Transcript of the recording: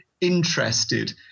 interested